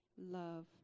love